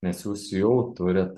nes jūs jau turit